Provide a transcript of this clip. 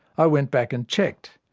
i went back and checked.